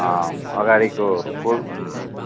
अगाडिको कोल